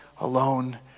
alone